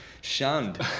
shunned